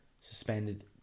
suspended